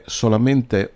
solamente